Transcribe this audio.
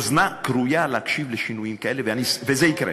אוזנה כרויה להקשיב לשינויים כאלה, וזה יקרה.